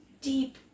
deep